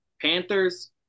Panthers